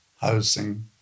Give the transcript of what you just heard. housing